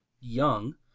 young